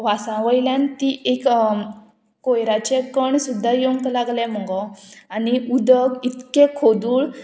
वासावयल्यान ती एक कोयराचे कण सुद्दा येवंक लागले मुगो आनी उदक इतकें खोदूळ